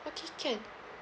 okay can